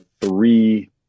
three